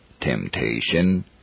temptation